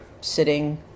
sitting